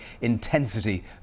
intensity